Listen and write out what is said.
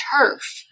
turf